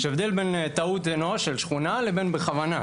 יש הבדל בין טעות אנוש, של שכונה, לבין בכוונה.